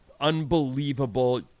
unbelievable